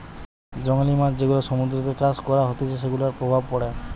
জংলী মাছ যেগুলা সমুদ্রতে চাষ করা হতিছে সেগুলার প্রভাব পড়ে